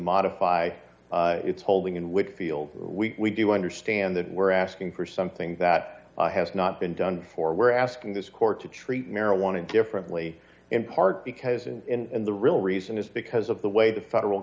modify its holding in whitfield we do understand that we're asking for something that has not been done for we're asking this court to treat marijuana differently in part because in the real reason is because of the way the federal